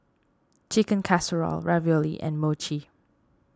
Chicken Casserole Ravioli and Mochi